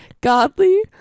godly